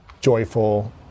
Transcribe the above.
joyful